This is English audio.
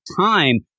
time